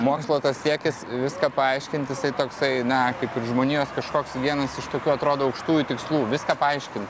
mokslo siekis viską paaiškint jisai toksai na kaip ir žmonijos kažkoks vienas iš tokių atrodo aukštųjų tikslų viską paaiškint